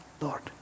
Lord